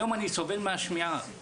היום אני סובל מהשמיעה.